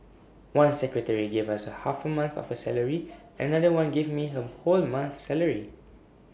one secretary gave us half A month of her salary another one gave me her whole month's salary